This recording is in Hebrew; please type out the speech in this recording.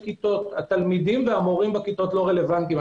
התלמידים והמורים בכיתות לא רלוונטיים.